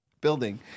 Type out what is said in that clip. building